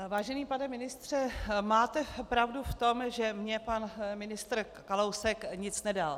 Vážený pane ministře, máte pravdu v tom, že mně pan ministr Kalousek nic nedal.